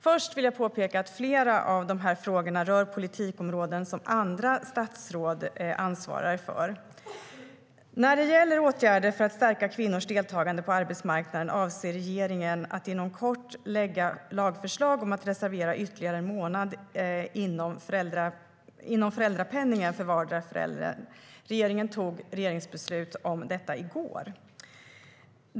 Först vill jag påpeka att dessa frågor rör politikområden som andra statsråd ansvarar för. När det gäller åtgärder för att stärka kvinnors deltagande på arbetsmarknaden avser regeringen att inom kort lägga fram lagförslag om att reservera ytterligare en månad inom föräldrapenningen för vardera föräldern. Regeringen tog regeringsbeslut om det i går.